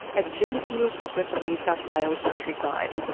a genteel pocket of new south wales countryside.